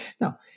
Now